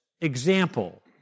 example